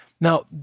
Now